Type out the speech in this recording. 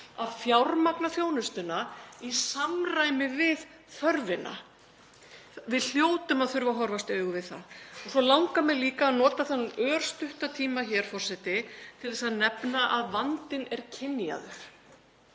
að fjármagna þjónustuna í samræmi við þörfina. Við hljótum að þurfa að horfast í augu við það. Og svo langar mig líka að nota þann örstutta tíma hér, forseti, til að nefna að vandinn er kynjaðar.